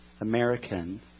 American